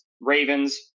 Ravens